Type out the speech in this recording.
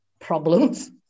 problems